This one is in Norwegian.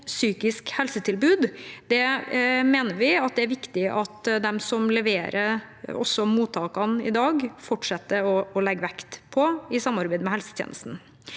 psykisk helsetilbud. Vi mener det er viktig at de som leverer mottakene i dag, fortsetter å legge vekt på det, i samarbeid med helsetjenesten.